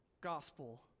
gospel